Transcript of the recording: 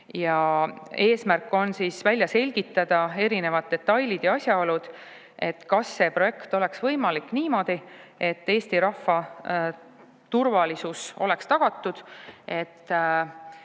Eesmärk on välja selgitada erinevad detailid ja asjaolud, kas see projekt oleks võimalik niimoodi, et Eesti rahva turvalisus oleks tagatud, et